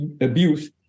abuse